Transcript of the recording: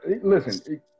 listen